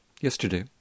yesterday